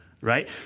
right